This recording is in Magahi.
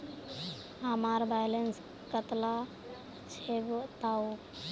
हमार बैलेंस कतला छेबताउ?